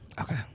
okay